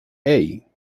hey